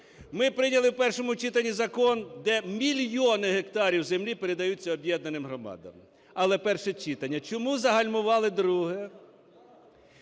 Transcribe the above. Ми прийняли в першому читанні закон, де мільйони гектарів землі передаються об'єднаним громадам, але перше читання. Чому загальмували друге?